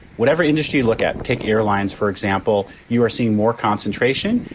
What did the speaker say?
whatever industry look at, take airlines, for example, you are seeing more concentration.